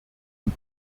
und